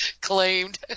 Claimed